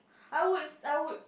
I would I would